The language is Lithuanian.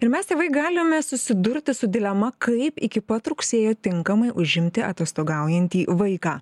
ir mes tėvai galime susidurti su dilema kaip iki pat rugsėjo tinkamai užimti atostogaujantį vaiką